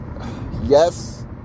yes